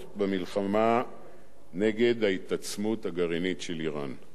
במלחמה נגד ההתעצמות הגרעינית של אירן.